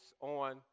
on